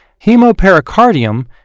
Hemopericardium